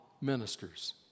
ministers